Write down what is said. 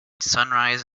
sunrise